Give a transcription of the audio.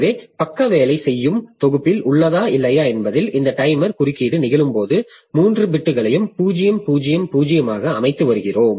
எனவே பக்கம் வேலை செய்யும் தொகுப்பில் உள்ளதா இல்லையா என்பதில் இந்த டைமர் குறுக்கீடு நிகழும்போது 3 பிட்களையும் 0 0 0 ஆக அமைத்து வருகிறோம்